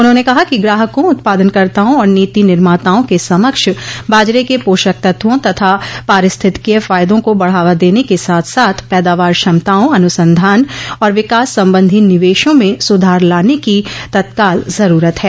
उन्होंने कहा कि ग्राहकों उत्पादनकर्ताओं और नीति निर्माताओं के समक्ष बाजरे के पोषक तत्वों तथा पारिस्थितिकीय फायदों को बढ़ावा देने के साथ साथ पैदावार क्षमताओं अनुसंधान और विकास संबंधी निवेशों में सुधार लाने की तत्काल जरूरत है